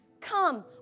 Come